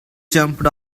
jumped